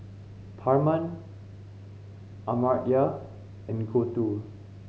Tharman Amartya and Gouthu